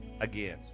again